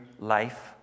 life